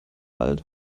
alt